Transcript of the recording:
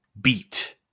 beat